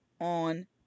on